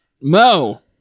Mo